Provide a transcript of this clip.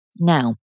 Now